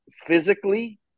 Physically